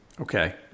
Okay